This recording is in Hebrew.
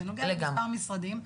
אלא נוגע בכמה משרדים.